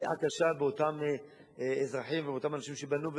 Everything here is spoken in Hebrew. ולפגיעה קשה באותם אזרחים ובאותם אנשים שבנו,